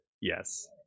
Yes